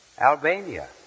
Albania